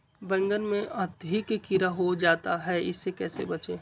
बैंगन में अधिक कीड़ा हो जाता हैं इससे कैसे बचे?